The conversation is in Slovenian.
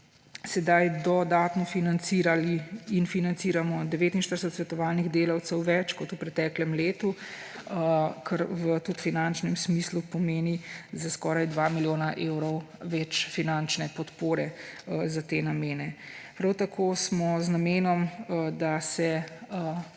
sedaj dodatno financirali in financiramo 49 svetovalnih delavcev več kot v preteklem letu, kar v finančnem smislu pomeni za skoraj 2 milijona evrov več finančne podpore za te namene. Prav tako smo z namenom, da se